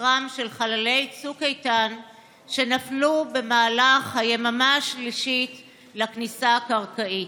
לזכרם של חללי צוק איתן שנפלו במהלך היממה השלישית לכניסה הקרקעית.